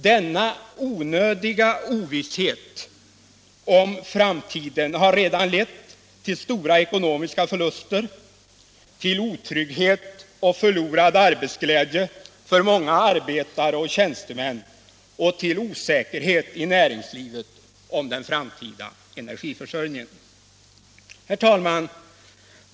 Denna onödiga ovisshet om framtiden har redan lett till stora ekonomiska förluster, till otrygghet och förlorad arbetsglädje för många arbetare och tjänstemän och till osäkerhet i näringslivet om den framtida energiförsörjningen. Herr talman!